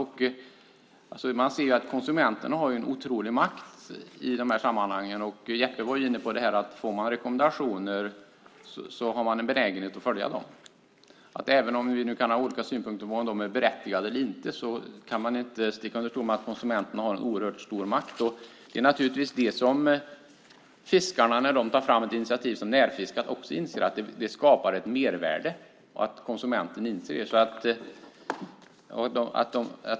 Man inser att konsumenterna har en oerhörd makt i dessa sammanhang. Jeppe Johnsson var inne på att om man får rekommendationer så har man en benägenhet att följa dem. Även om vi kan ha olika synpunkter på om de är berättigade eller inte kan vi inte sticka under stol med att konsumenterna har oerhört stor makt. När fiskarna tar fram ett initiativ som närfiske inser de naturligtvis att det skapar ett mervärde som konsumenterna är positiva till.